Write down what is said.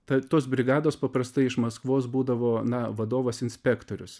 ta tos brigados paprastai iš maskvos būdavo na vadovas inspektorius